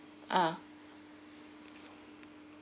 ah